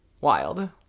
Wild